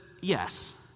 yes